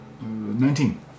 nineteen